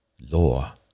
law